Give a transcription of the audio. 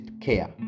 care